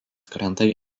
krantai